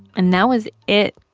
and that was it.